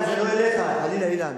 זה לא אליך, חלילה, אילן.